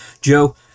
Joe